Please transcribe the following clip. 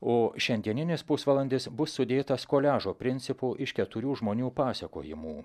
o šiandieninis pusvalandis bus sudėtas koliažo principu iš keturių žmonių pasakojimų